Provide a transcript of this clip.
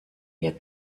wir